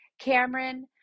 Cameron